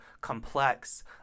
complex